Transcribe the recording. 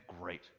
great